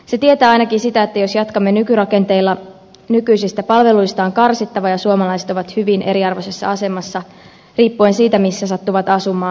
se tietää ainakin sitä että jos jatkamme nykyrakenteilla nykyisistä palveluista on karsittava ja suomalaiset ovat hyvin eriarvoisessa asemassa riippuen siitä missä sattuvat asumaan